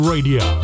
Radio